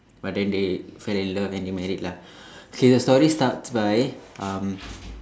but then they fell in love and they married lah K the story starts by um